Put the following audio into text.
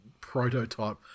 prototype